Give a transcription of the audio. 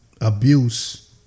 abuse